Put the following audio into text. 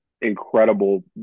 incredible